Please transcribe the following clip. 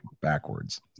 backwards